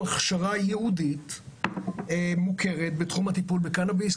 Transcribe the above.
הכשרה ייעודית מוכרת בתחום הטיפול בקנביס.